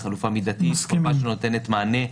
היא חלופה מידתית שנותנת מענה.